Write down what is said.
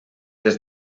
des